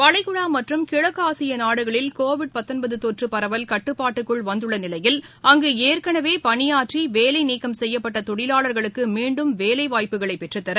வளைகுடா மற்றும் கிழக்கு ஆசிய நாடுகளில் கோவிட் தொற்று பரவல் கட்டுப்பாட்டுக்குள் வந்துள்ள நிலையில் அங்கு ஏற்களவே பணியாற்றி வேலைநீக்கம் செய்யப்பட்ட தொழிலாளர்களுக்கு மீண்டும் வேலைவாய்ப்புகளை பெற்றத்தா